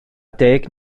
deg